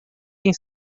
quem